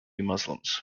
muslims